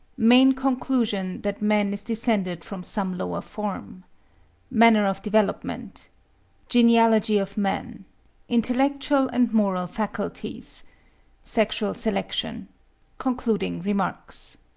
main conclusion that man is descended from some lower form manner of development genealogy of man intellectual and moral faculties sexual selection concluding remarks.